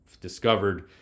discovered